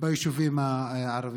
ביישובים הערביים.